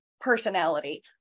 personality